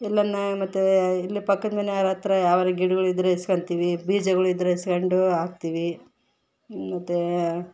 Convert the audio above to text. ಎಲ್ಲನ ಮತ್ತು ಇಲ್ಲೇ ಪಕ್ಕದ ಮನೆಯವ್ರ್ ಹತ್ರ ಯಾವಾನ ಗಿಡುಗಳ್ ಇದ್ರೆ ಇಸ್ಕೊಂತಿವಿ ಬೀಜಗಳ್ ಇದ್ರೆ ಇಸ್ಕೊಂಡು ಹಾಕ್ತಿವಿ ಮತ್ತು